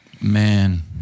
Man